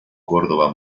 córdoba